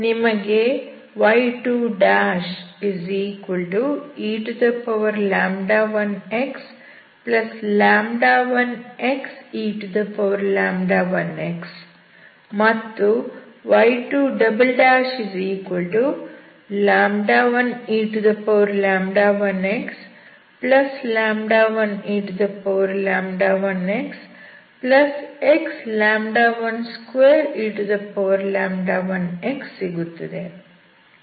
ನಿಮಗೆ y2e1x1xe1x ಮತ್ತು y21e1x1e1xx12e1x ಸಿಗುತ್ತದೆ